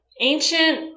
ancient